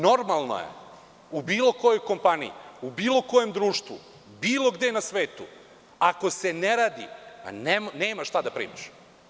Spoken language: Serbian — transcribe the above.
Normalno je u bilo kojoj kompaniji, u bilo kojem društvu, bilo gde na svetu, ako se ne radi – nemaš šta da primaš.